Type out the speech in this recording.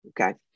Okay